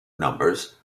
numbers